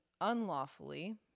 unlawfully